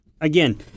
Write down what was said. Again